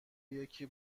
یکی